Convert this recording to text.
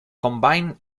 combined